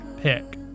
pick